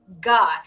God